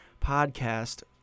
podcast